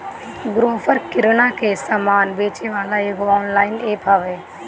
Grofer किरणा के सामान बेचेवाला एगो ऑनलाइन एप्प हवे